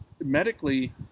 medically